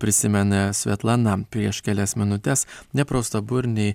prisimena svetlana prieš kelias minutes nepraustaburniai